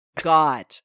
god